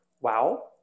wow